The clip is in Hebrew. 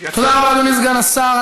תודה רבה, אדוני סגן השר.